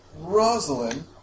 Rosalind